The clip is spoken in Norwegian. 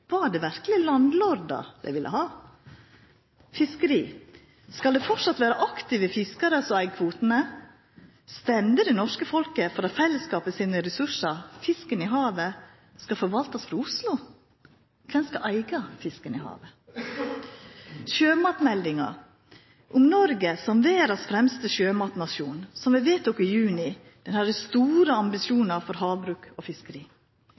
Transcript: var det verkeleg «landlordar» dei ville ha, det såkalla overveldande fleirtalet som stemde for ei ny regjering? Fiskeri: Skal det framleis vera aktive fiskarar som eig kvotane? Stemde det norske folket for at fellesskapets ressursar, fisken i havet, skal forvaltast frå Oslo? Kven skal eiga fisken i havet? Sjømatmeldinga om Noreg som verdas fremste sjømatnasjon, som vi vedtok i juni, hadde store ambisjonar for havbruk og fiskeri.